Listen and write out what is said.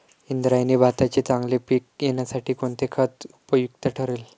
इंद्रायणी भाताचे चांगले पीक येण्यासाठी कोणते खत उपयुक्त ठरेल?